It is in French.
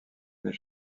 les